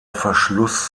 verschluss